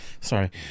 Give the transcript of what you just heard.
Sorry